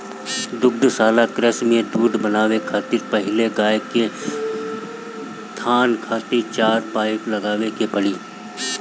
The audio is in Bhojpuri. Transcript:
दुग्धशाला कृषि में दूध बनावे खातिर पहिले गाय के थान खातिर चार पाइप लगावे के पड़ी